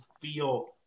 feel